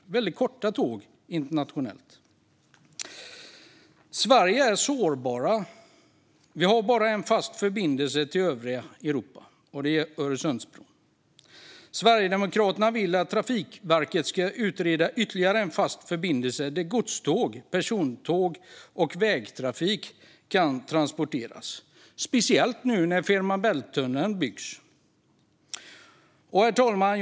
Det är väldigt korta tåg internationellt sett. Sverige är sårbart; vi har bara en fast förbindelse till övriga Europa, nämligen Öresundsbron. Sverigedemokraterna vill att Trafikverket ska utreda ytterligare en fast förbindelse för godståg, persontåg och vägtrafik - speciellt nu när Fehmarn Bält-tunneln byggs. Herr talman!